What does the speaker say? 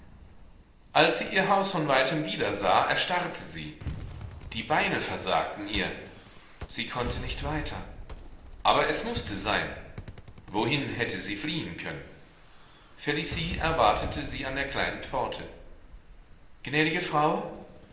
als sie ihr haus von weitem wiedersah erstarrte sie die beine versagten ihr sie konnte nicht weiter aber es mußte sein wohin hätte sie fliehen können felicie erwartete sie an der kleinen pforte gnädige frau